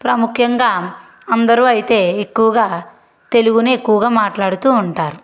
ప్రాముఖ్యంగా అందరూ అయితే ఎక్కువగా తెలుగునే ఎక్కువగా మాట్లాడుతూ ఉంటారు